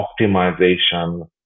optimization